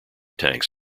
tanks